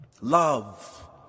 Love